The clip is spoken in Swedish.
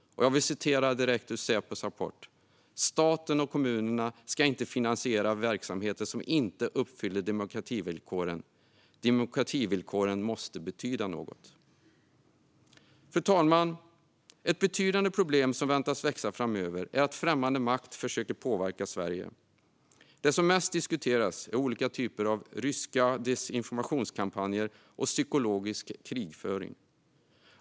I Säpos årsbok står det: "Staten och kommunerna ska inte finansiera verksamheter som inte uppfyller demokrativillkoren, demokrativillkoren måste betyda något." Fru talman! Ett betydande problem som väntas växa framöver är att främmande makt försöker påverka Sverige. Det som mest diskuteras är olika typer av ryska desinformationskampanjer och psykologisk krigföring.